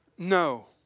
No